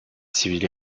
civil